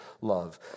love